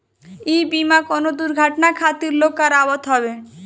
इ बीमा कवनो दुर्घटना खातिर लोग करावत हवे